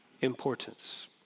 importance